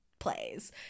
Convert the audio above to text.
plays